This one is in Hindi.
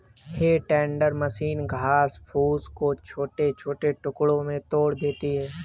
हे टेंडर मशीन घास फूस को छोटे छोटे टुकड़ों में तोड़ देती है